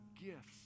gifts